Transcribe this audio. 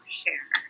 share